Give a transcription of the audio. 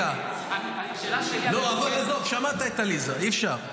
השאלה שלי --- עזוב, שמעת את עליזה, אי-אפשר.